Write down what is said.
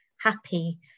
happy